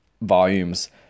volumes